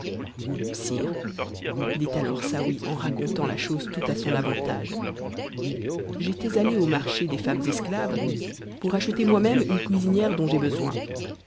dit alors saouy en racontant la chose tout à son avantage j'étais a ë au marché des femmes esclaves pour acheter mot même une cuisinière dont j'ai besoin